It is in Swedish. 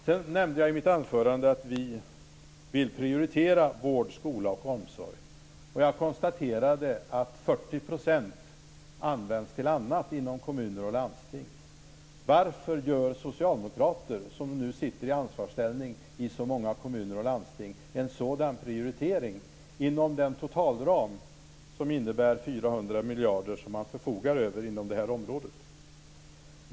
Sedan nämnde jag i mitt anförande att vi vill prioritera vård, skola och omsorg. Jag konstaterade att 40 % av medlen används till annat inom kommuner och landsting. Varför gör socialdemokrater som nu sitter i ansvarsställning i så många kommuner och landsting en sådan prioritering inom den totalram på 400 miljarder som man förfogar över inom detta område?